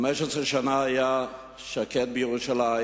15 שנה היה שקט בירושלים,